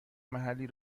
محلی